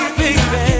baby